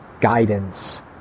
guidance